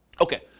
Okay